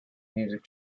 music